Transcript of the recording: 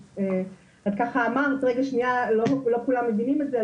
את ככה אמרת רגע שנייה לא כולם מבינים את זה,